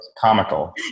Comical